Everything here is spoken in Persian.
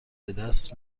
بدست